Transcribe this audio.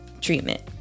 treatment